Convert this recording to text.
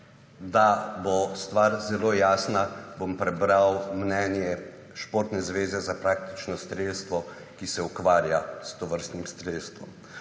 Da bo stvar zelo jasna, bom prebral mnenje Športne zveze za praktično strelstvo, ki se ukvarja s tovrstnim strelstvom.